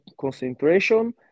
concentration